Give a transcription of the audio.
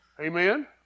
Amen